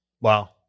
Wow